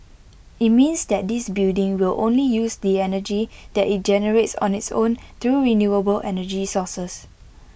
IT means that this building will only use the energy that IT generates on its own through renewable energy sources